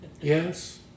Yes